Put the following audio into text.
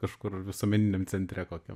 kažkur visuomeniniam centre kokiam